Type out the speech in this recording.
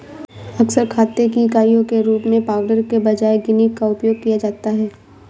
अक्सर खाते की इकाइयों के रूप में पाउंड के बजाय गिनी का उपयोग किया जाता है